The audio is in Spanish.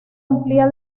amplía